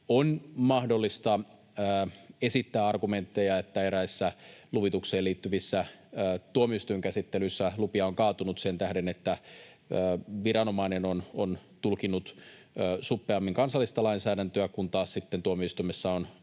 on mahdollista esittää argumentteja, että eräissä luvitukseen liittyvissä tuomioistuinkäsittelyissä lupia on kaatunut sen tähden, että viranomainen on tulkinnut suppeammin kansallista lainsäädäntöä, kun taas sitten tuomioistuimessa on